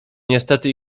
niestety